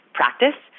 practice